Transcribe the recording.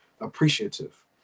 appreciative